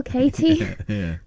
Katie